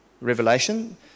Revelation